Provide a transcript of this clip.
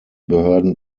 behörden